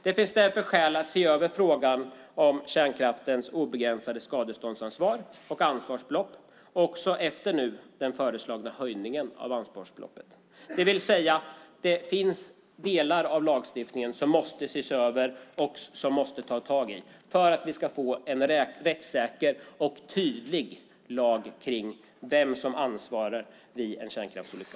Det finns därför skäl att se över frågan om kärnkraftens obegränsade skadeståndsansvar och ansvarsbelopp också efter den nu föreslagna höjningen av ansvarsbeloppet. Det finns alltså delar av lagstiftningen som måste ses över och som måste tas tag i för att vi ska få en rättssäker och tydlig lag om vem som ansvarar vid en kärnkraftsolycka.